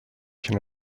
can